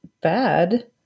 bad